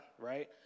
Right